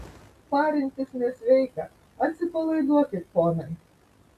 parintis nesveika atsipalaiduokit ponai